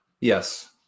Yes